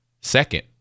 Second